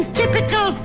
typical